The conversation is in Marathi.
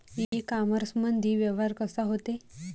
इ कामर्समंदी व्यवहार कसा होते?